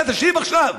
אתה תשיב עכשיו.